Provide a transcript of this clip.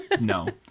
no